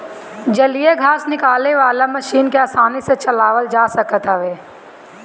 जलीय घास निकाले वाला मशीन के आसानी से चलावल जा सकत हवे